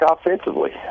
offensively